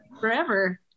forever